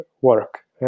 work